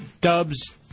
Dub's